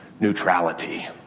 neutrality